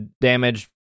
damage